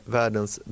världens